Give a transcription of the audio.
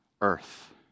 earth